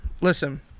Listen